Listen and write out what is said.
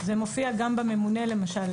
זה מופיע גם בממונה למשל.